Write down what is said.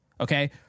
Okay